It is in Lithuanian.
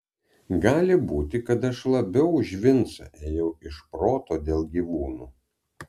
gali būti kad aš labiau už vincą ėjau iš proto dėl gyvūnų